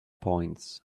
points